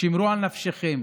שמרו על נפשותיכם.